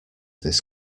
this